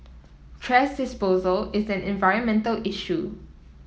thrash disposal is an environmental issue